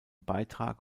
beitrag